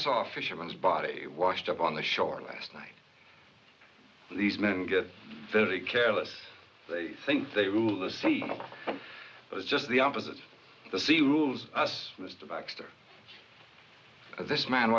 saw fisherman's body washed up on the shore last night these men get very careless they think they rule the sea just the opposite the sea rules us mr baxter this man